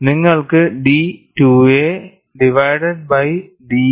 നിങ്ങൾക്ക് d divided by dN